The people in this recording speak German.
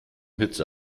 hitze